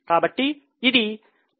కాబట్టి ఇది 10